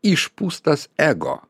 išpūstas ego